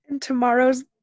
Tomorrow's